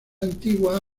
antigua